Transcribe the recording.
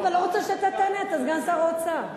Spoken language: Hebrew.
לא רוצה שאתה תענה, אתה סגן שר האוצר.